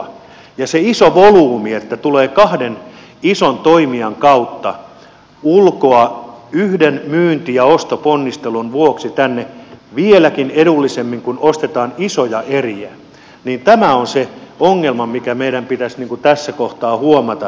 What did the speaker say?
se iso volyymi että tulee kahden ison toimijan kautta ulkoa yhden myynti ja ostoponnistelun vuoksi tänne vieläkin edullisemmin kun ostetaan isoja eriä on se ongelma mikä meidän pitäisi tässä kohtaa huomata